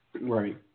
Right